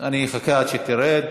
אני אחכה עד שתרד.